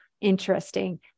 interesting